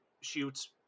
shoots